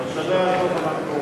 השנה הזאת אנחנו,